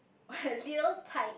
little tyke